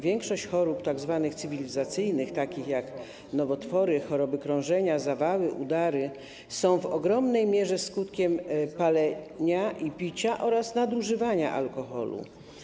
Większość chorób tzw. cywilizacyjnych, takich jak nowotwory, choroby krążenia, zawały, udary, jest w ogromnej mierze skutkiem palenia i picia oraz nadużywania alkoholu.